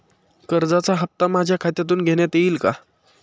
कर्जाचा हप्ता माझ्या खात्यातून घेण्यात येईल का?